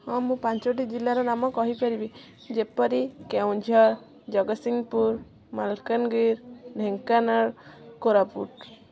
ହଁ ମୁଁ ପାଞ୍ଚଟି ଜିଲ୍ଲାର ନାମ କହିପାରିବି ଯେପରି କେଉଁଝର ଜଗତସିଂହପୁର ମାଲକାନଗିରି ଢେଙ୍କାନାଳ କୋରାପୁଟ